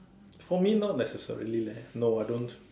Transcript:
for me not necessarily leh no I don't